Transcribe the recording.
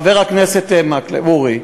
חבר הכנסת מקלב אורי,